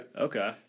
Okay